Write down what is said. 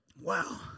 Wow